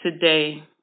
today